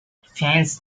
fans